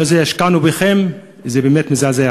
המילים האלה, "השקענו בכם" זה באמת מזעזע.